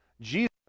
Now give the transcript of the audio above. Jesus